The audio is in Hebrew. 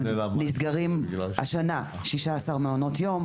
אבל נסגרים השנה 16 מעונות יום.